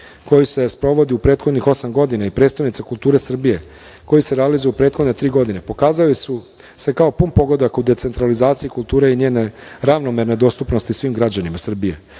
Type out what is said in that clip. koji se sprovodi u prethodnih osam godina i „Prestonica kultura Srbije“ koji se realizovao u prethodne tri godine pokazali su se kao pun pogodak u decentralizaciji kulture i njene ravnomerne dostupnosti svim građanima Srbije.